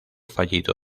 fallido